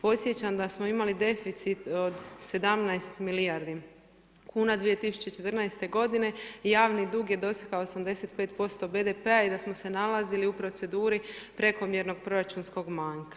Podsjećam da smo imali deficit od 17 milijardi kn 2014. g. i javni dug je dosegao 85% BDP-a i da smo se nalazili u proceduru prekomjernog proračunskog manjka.